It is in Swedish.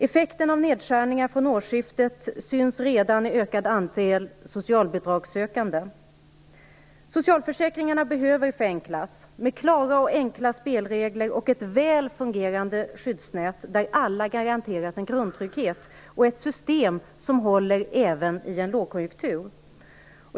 Effekter av nedskärningarna från årsskiftet syns redan i form av ökat antal socialbidragssökande. Socialförsäkringarna behöver förenklas. Det behövs klara och enkla spelregler och ett väl fungerande skyddsnät där alla garanteras en grundtrygghet. Det behövs ett system som håller även i en lågkonjunktur.